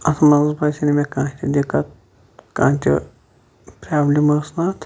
اتھ مَنٛز باسے نہٕ مےٚ کانٛہہ تہِ دِکَت کانٛہہ تہِ پرابلم ٲسۍ نہٕ اَتھ